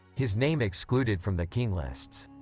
his name excluded from the king lists.